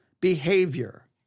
behavior